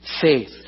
faith